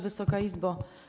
Wysoka Izbo!